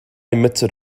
emitted